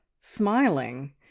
smiling